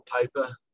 paper